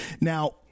Now